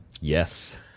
Yes